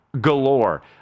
galore